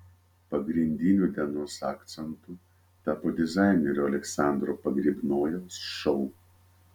pagrindiniu dienos akcentu tapo dizainerio aleksandro pogrebnojaus šou